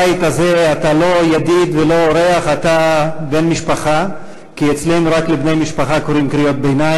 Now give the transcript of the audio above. אתה בחרת לפתוח את הביקור שלך בישראל בתצפית על ירושלים